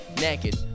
Naked